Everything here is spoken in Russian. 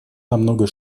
намного